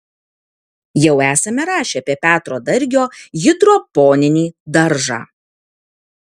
jau esame rašę apie petro dargio hidroponinį daržą